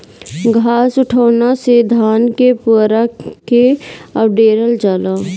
घास उठौना से धान क पुअरा के अवडेरल जाला